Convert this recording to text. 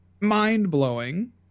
mind-blowing